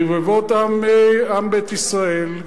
רבבות עם בית ישראל,